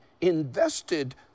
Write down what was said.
invested